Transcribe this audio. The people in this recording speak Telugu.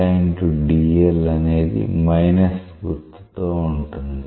dl అనేది గుర్తుతో ఉంటుంది